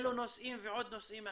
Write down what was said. אלה הנושאים ועוד נושאים אחרים,